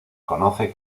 conoce